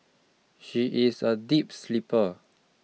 she is a deep sleeper